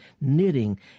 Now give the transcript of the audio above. knitting